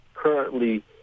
currently